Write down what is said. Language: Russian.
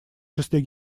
числе